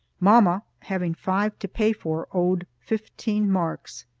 mamma, having five to pay for, owed fifteen marcs.